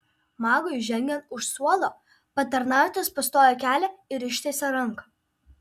magui žengiant už suolo patarnautojas pastojo kelią ir ištiesė ranką